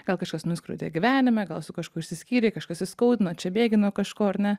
gal kažkas nuskriaudė gyvenime gal su kažkuo išsiskyrei kažkas įskaudino čia bėgi nuo kažko ar ne